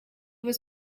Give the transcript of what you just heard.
was